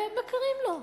ומכירים לו.